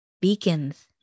beacons